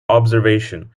observation